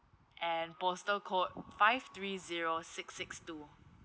and postal code five three zero six six two